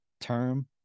term